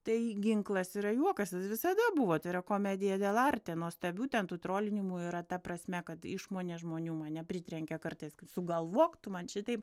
tai ginklas yra juokas visada buvo tai yra komedija del arte nuostabių ten tų trolinimų yra ta prasme kad išmonė žmonių mane pritrenkia kartais sugalvok tu man šitaip